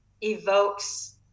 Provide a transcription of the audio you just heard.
evokes